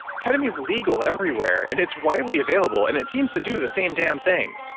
ketamine is legal, everywhere, and it's widely available. and it seems to do the same damn thing.